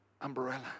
umbrella